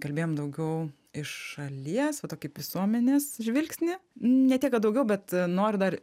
kalbėjom daugiau iš šalies va tokį visuomenės žvilgsnį ne tiek kad daugiau bet noriu dar